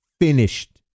finished